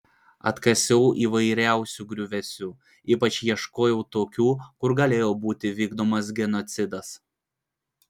atkasiau įvairiausių griuvėsių ypač ieškojau tokių kur galėjo būti vykdomas genocidas